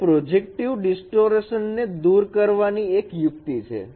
તે projective distortion ને દૂર કરવાની એક યુક્તિ છે